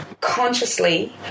consciously